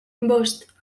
bost